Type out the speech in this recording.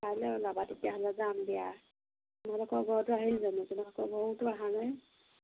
কাইলৈ ওলাবা তেতিয়াহ'লে যাম দিয়া তোমালোকৰ ঘৰটো আহিল জানো তোমালোকৰ ঘৰোতো অহা নাই